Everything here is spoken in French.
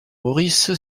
maurice